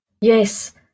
Yes